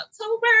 October